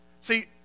See